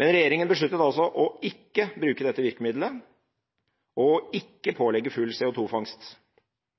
Men regjeringen besluttet altså ikke å bruke dette virkemiddelet og ikke